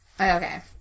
Okay